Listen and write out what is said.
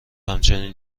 همچین